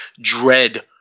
dread